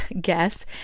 guess